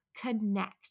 connect